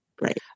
Right